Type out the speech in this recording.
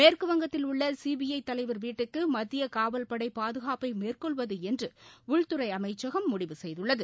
மேற்குவங்கத்தில் உள்ள சிபிஐ தலைவர் வீட்டுக்கு மத்திய காவல்படை பாதுகாப்பை மேற்கொள்வது என்று உள்துறை அமைச்சகம் முடிவு செய்துள்ளது